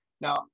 Now